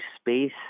space